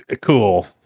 cool